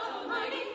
Almighty